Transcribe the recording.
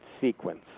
sequence